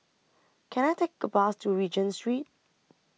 Can I Take A Bus to Regent Street